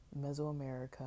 Mesoamerica